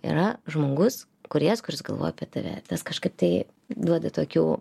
yra žmogus kūrėjas kuris galvoja apie tave tas kažkaip tai duoda tokių